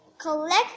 collect